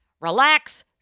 Relax